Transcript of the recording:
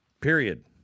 Period